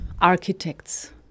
architects